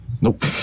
Nope